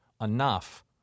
enough